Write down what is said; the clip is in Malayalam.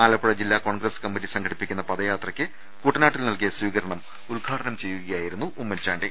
ആലപ്പുഴ ജില്ലാ കോൺഗ്രസ് കമ്മിറ്റി സംഘടിപ്പിക്കുന്ന പദയാത്രയ്ക്ക് കുട്ടനാട്ടിൽ നൽകിയ സ്വീക രണം ഉദ്ഘാടനം ചെയ്യുകയായിരുന്നു ഉമ്മൻചാണ്ടി